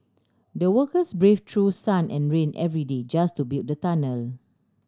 the workers brave through sun and rain every day just to build the tunnel